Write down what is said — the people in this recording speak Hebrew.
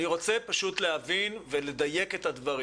אני רוצה להבין ולדייק את הדברים.